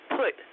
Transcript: put